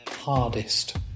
hardest